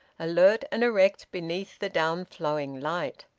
alert and erect beneath the down-flowing light.